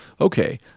okay